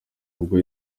ubwo